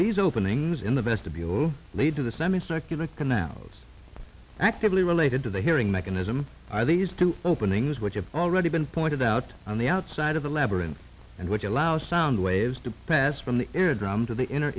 these openings in the vestibule lead to the semicircular canals actively related to the hearing mechanism are these two openings which is already been pointed out on the outside of the labyrinth and which allow sound waves to pass from the ear drum to the inner